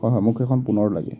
অঁ হয় মোক সেইখন পুনৰ লাগে